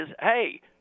hey